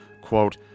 quote